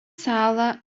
salą